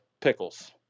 pickles